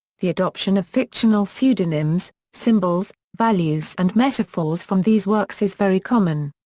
the adoption of fictional pseudonyms, symbols, values and metaphors from these works is very common.